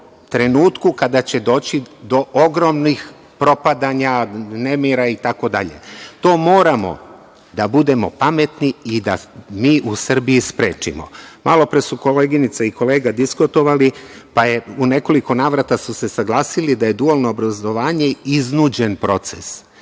trenutku kada će doći do ogromnih propadanja, nemira, itd. To moramo da budemo pametni i da mi u Srbiji sprečimo. Malopre su koleginica i kolega diskutovali, pa su se u nekoliko navrata saglasili da je dualno obrazovanje iznuđen proces.